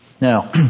Now